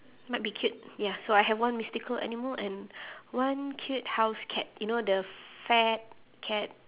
might be cute ya so I have one mystical animal and one cute house cat you know the fat cat